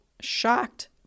shocked